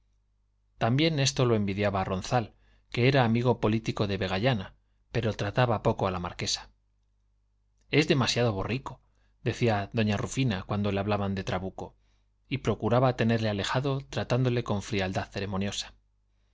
también esto lo envidiaba ronzal que era amigo político de vegallana pero trataba poco a la marquesa es demasiado borrico decía doña rufina cuando le hablaban de trabuco y procuraba tenerle alejado tratándole con frialdad ceremoniosa